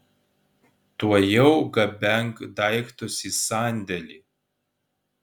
tuojau gabenk daiktus į sandėlį